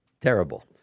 terrible